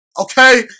Okay